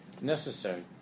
necessary